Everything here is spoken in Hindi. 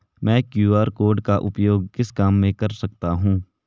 मैं क्यू.आर कोड का उपयोग किस काम में कर सकता हूं?